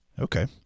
Okay